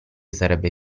sarebbe